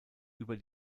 über